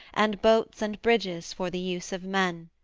and boats and bridges for the use of men.